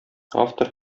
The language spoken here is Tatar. автор